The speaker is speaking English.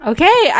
Okay